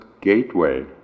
gateway